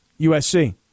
USC